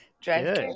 drive